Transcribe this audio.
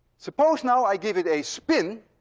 suppose now i give it a spin